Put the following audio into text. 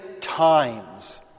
times